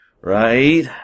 Right